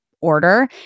order